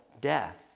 death